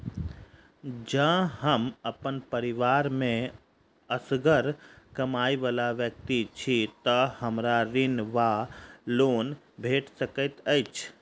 जँ हम अप्पन परिवार मे असगर कमाई वला व्यक्ति छी तऽ हमरा ऋण वा लोन भेट सकैत अछि?